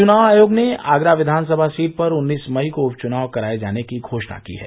चुनाव आयोग ने आगरा विधानसभा सीट पर उन्नीस मई को उपचुनाव कराये जाने की घोषणा की है